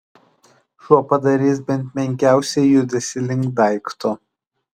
šuo padarys bent menkiausią judesį link daikto